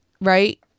Right